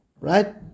right